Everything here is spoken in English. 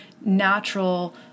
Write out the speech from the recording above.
natural